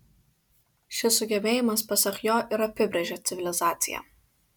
šis sugebėjimas pasak jo ir apibrėžia civilizaciją